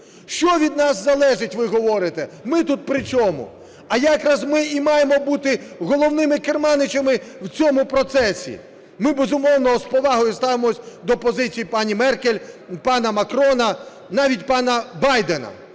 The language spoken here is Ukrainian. "Що від нас залежить, - ви говорите, - ми тут при чому?". А якраз ми і маємо бути головними керманичами в цьому процесі. Ми, безумовно, з повагою ставимося до позиції пані Меркель, пана Макрона, навіть пана Байдена,